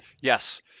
Yes